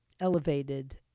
Elevated